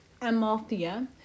Amalthea